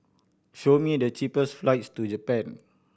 show me the cheapest flights to Japan